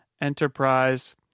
Enterprise